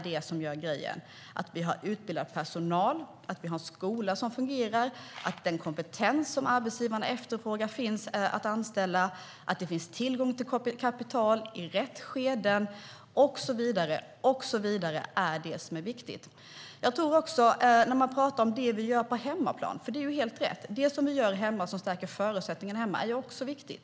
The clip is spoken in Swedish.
Det som är viktigt är att vi har utbildad personal, att vi har en skola som fungerar, att den kompetens som arbetsgivaren efterfrågar finns, att det finns tillgång till kapital i rätt skeden och så vidare. Man pratar om det vi gör på hemmaplan. Det är helt rätt att det som vi gör hemma, som stärker förutsättningarna hemma, också är viktigt.